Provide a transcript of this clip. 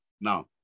Now